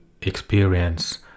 experience